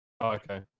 Okay